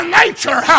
nature